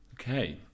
Okay